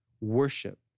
worship